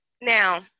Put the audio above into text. Now